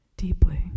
Deeply